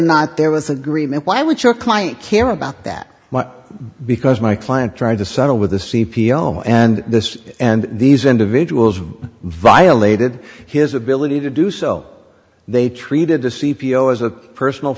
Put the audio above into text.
not there was an agreement why would your client care about that because my client tried to settle with the c p o and this and these individuals violated his ability to do so they treated the c p o as a personal